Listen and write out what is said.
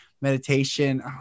meditation